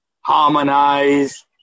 harmonize